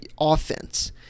offense